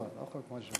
לא, לא חוק מז'ורי.